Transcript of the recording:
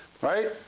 right